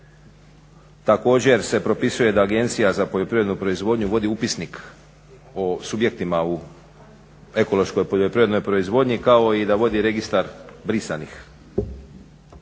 Također se propisuje da agencija za poljoprivrednu proizvodnju vodi upisnik o subjektima u ekološkoj poljoprivrednoj proizvodnji kao i da vodi Registar brisanih